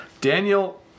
Daniel